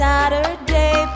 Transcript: Saturday